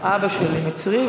אבא שלי מצרי,